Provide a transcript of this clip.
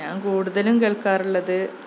ഞാന് കൂടുതലും കേള്ക്കാറുള്ളത്